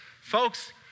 folks